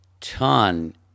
ton